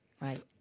right